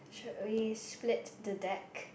should be spread the deck